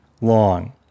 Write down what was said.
long